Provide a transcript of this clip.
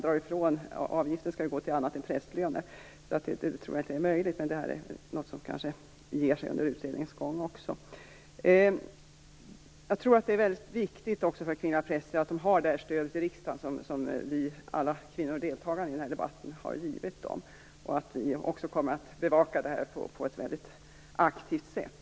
Eftersom avgiften skall täcka annat än prästlöner tror jag inte att det är möjligt. Men detta är något som kanske ger sig under utredningens gång. Jag tror också att det är väldigt viktigt för kvinnliga präster att ha det stöd från riksdagen som vi alla deltagande kvinnor i denna debatt har givit dem och att vi bevakar detta på ett väldigt aktivt sätt.